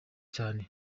cyane